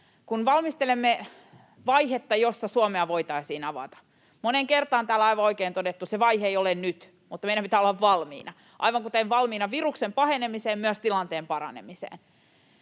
Kun valmistelemme vaihetta, jossa Suomea voitaisiin avata — moneen kertaan täällä aivan oikein on todettu, että se vaihe ei ole nyt, mutta meidän pitää olla valmiina, aivan kuten valmiina viruksen pahenemiseen myös tilanteen paranemiseen